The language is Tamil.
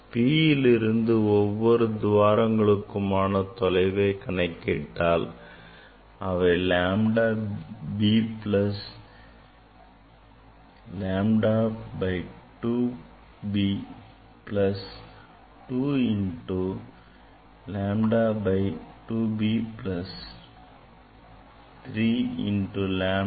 Pயில் இருந்து ஒவ்வொரு துவாரங்களுமான தொலைவை கணக்கிட்டால் அவை lambda b plus lambda by 2 b plus 2 into 2 lambda by 2 b plus 3 into lambda by 2